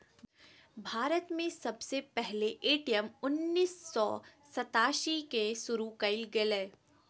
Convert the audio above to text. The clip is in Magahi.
भारत में सबसे पहले ए.टी.एम उन्नीस सौ सतासी के शुरू कइल गेलय